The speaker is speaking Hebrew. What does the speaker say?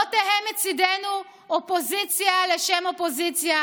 לא תהא מצידנו אופוזיציה לשם אופוזיציה